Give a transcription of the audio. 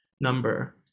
number